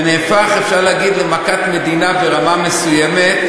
ונהפך, אפשר להגיד, למכת מדינה, ברמה מסוימת,